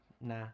nah